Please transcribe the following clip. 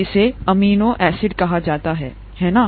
इसे amino acid कहा जाता है है ना